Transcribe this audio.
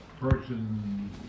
person